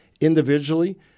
individually